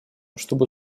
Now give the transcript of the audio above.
чтобы